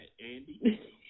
Andy